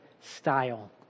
style